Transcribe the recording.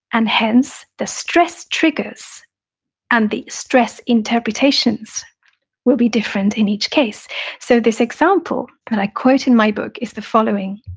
and hence, the stress triggers and the stress interpretations will be different in each case so this example that i quote in my book is the following.